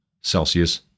Celsius